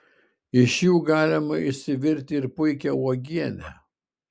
iš jų galima išsivirti ir puikią uogienę